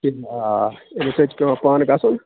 کِہیٖنۍ آ أمِس سۭتۍ چھِ پٮ۪وان پانہٕ گَژھُن